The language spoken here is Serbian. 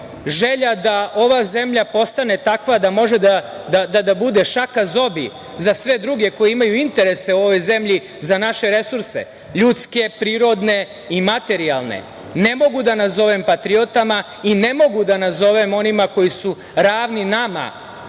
želja da ova zemlja postane takva da može da bude šaka zobi za sve druge koji imaju interese u ovoj zemlji za naše resurse, ljudske, prirodne i materijalne, ne mogu da nazovem patriotama i ne mogu da nazovem onima koji su ravni nama